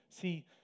See